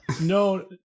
No